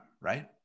right